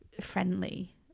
friendly